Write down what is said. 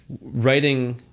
writing